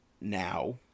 now